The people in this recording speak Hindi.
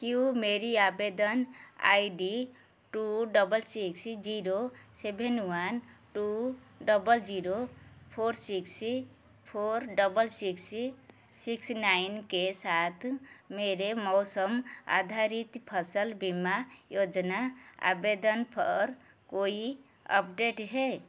क्यों मेरी आवेदन I D two double six zero seven one two double zero four six four double six six nine के साथ मेरे मौसम आधारित फसल बीमा योजना आवेदन पर कोई अपडेट है